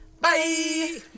Bye